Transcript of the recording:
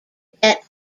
get